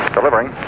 Delivering